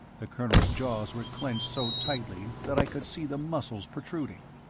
the colonel's jaws were clenched so tightly that i could see the muscles protruding.